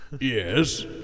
Yes